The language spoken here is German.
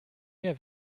mehr